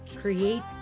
create